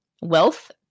wealth